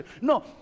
No